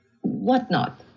whatnot